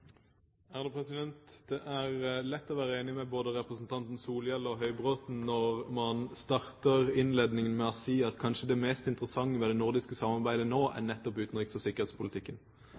Det er lett å være enig med både representanten Solhjell og representanten Høybråten når man starter innledningen med å si at kanskje det mest interessante ved det nordiske samarbeidet nå er nettopp utenriks- og sikkerhetspolitikken.